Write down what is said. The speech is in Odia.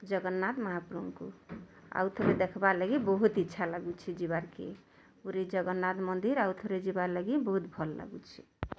ଜଗନ୍ନାଥ୍ ମହାପ୍ରଭୁଙ୍କୁ ଆଉ ଥରେ ଦେଖ୍ବାର୍ ଲାଗି ବହୁତ୍ ଇଚ୍ଛା ଲାଗୁଛି ଯିବାର୍ କେ ପୁରି ଜଗନ୍ନାଥ୍ ମନ୍ଦିର୍ ଆଉ ଥରେ ଯିବାର୍ ଲାଗି ବହୁତ୍ ଭଲ୍ ଲାଗୁଛି